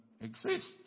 exists